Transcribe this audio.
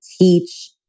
teach